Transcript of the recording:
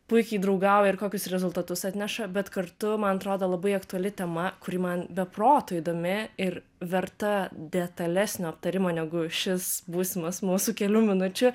puikiai draugauja ir kokius rezultatus atneša bet kartu man atrodo labai aktuali tema kuri man be proto įdomi ir verta detalesnio aptarimo negu šis būsimas mūsų kelių minučių